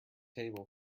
table